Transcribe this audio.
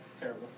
terrible